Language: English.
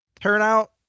turnout